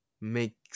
make